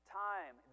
time